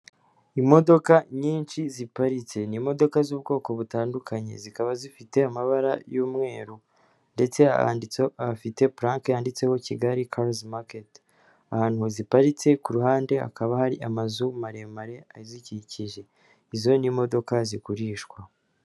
Imodoka nyinshi ziparitse, ni modoka z'ubwoko butandukanye, zikaba zifite amabara y'umweru, ndetse handitseho afite pulake yanditseho Kigali carizi maketi, ahantu ziparitse ku ruhande hakaba hari amazu maremare azikikije, izo ni imodoka zigurishwa.